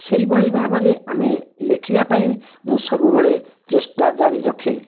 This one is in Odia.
ସେଇଭଲି ଭାବରେ ଆମେ ଲଖିବାପାଇଁ ମୁଁ ସବୁବେଳେ ଚେଷ୍ଟା ଜାରିରଖେ